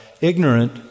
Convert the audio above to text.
ignorant